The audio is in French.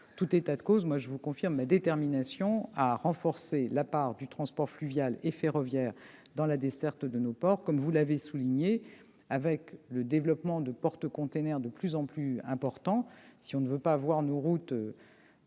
tout état de cause, je vous confirme ma détermination à renforcer la part du transport fluvial et ferroviaire dans la desserte de nos ports. Vous l'avez souligné, étant donné le développement de porte-conteneurs de plus en plus importants, si l'on ne veut pas voir nos routes